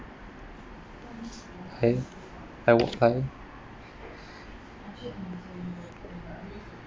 !hey! I work fine